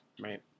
right